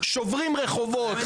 שוברים רחובות,